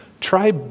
try